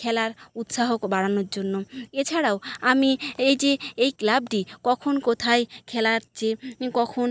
খেলার উৎসাহ কো বাড়ানোর জন্য এছাড়াও আমি এই যে এই ক্লাবটি কখন কোথায় খেলা হচ্ছে কখন